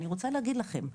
אני רוצה להגיד לכם,